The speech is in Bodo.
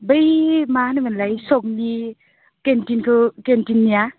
बै मा होनोमोनलाय सकनि केन्टिनखौ केन्टिननिया